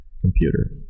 computer